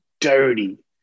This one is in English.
dirty